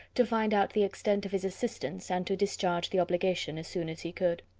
to find out the extent of his assistance, and to discharge the obligation as soon as he could.